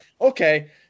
okay